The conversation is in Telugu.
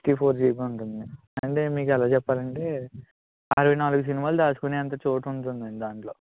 సిక్స్టీ ఫోర్ జీబి ఉంటుంది అంటే మీకు ఎలా చెప్పాలంటే అరవై నాలుగు సినిమాలు దాచుకునే అంత చోటు ఉంటుంది అండి దాంట్లో